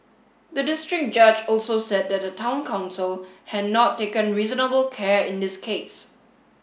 the district judge also said that the Town Council had not taken reasonable care in this case